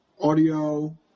audio